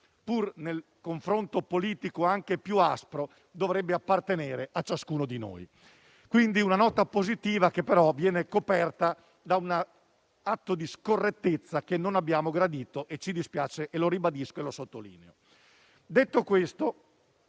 pur nel confronto politico anche più aspro, dovrebbero appartenere a ciascuno di noi. Quindi, una nota positiva, che però viene coperta da un atto di scorrettezza che non abbiamo gradito. Ci dispiace, lo ribadisco e lo sottolineo. Detto questo,